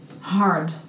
hard